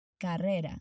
Carrera